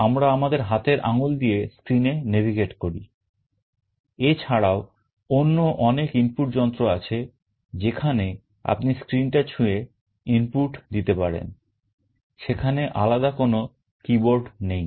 আমরা আমাদের হাতের আঙ্গুল দিয়ে স্ক্রিনে navigate করি এছাড়াও অন্য অনেক ইনপুট যন্ত্র আছে যেখানে আপনি স্ক্রিনটা ছুঁয়ে ইনপুট দিতে পারেন সেখানে আলাদা কোন keyboard নেই